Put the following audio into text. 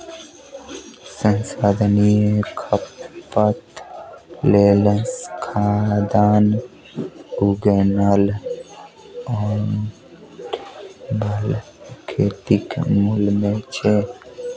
स्थानीय खपत लेल खाद्यान्न उगेनाय उष्णकटिबंधीय खेतीक मूल मे छै